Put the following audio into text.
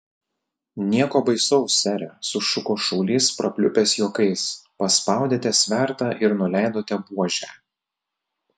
nieko baisaus sere sušuko šaulys prapliupęs juokais paspaudėte svertą ir nuleidote buožę